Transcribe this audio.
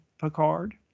Picard